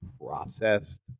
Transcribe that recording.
processed